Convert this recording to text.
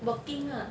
working ah